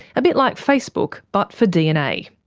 a bit like facebook but for dna.